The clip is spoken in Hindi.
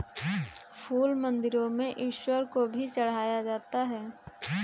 फूल मंदिरों में ईश्वर को भी चढ़ाया जाता है